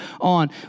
on